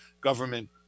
government